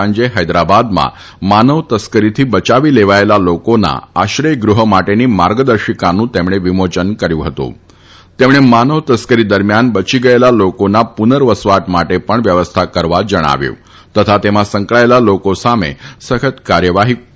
સાંજે હૈદરાબાદમાં માનવ તસ્કરીથી બયાવી લેવાયેલા લોકોના આશ્રથ ગૃહ માટેની માર્ગદર્શિકાનું તેમણે વિમોચન કર્યુ હતુંતેમણે માનવ તસ્કરી દરમિયાન બયી ગયેલા લોકોના પુનર્વસવાટ માટે પણ વ્યવસ્થા કરવા હી પર ભાર મુકયોજણાવ્યું તથા તેમાં સંકળાયેલા લોકો સામે સખ્ત કાર્યવાહતો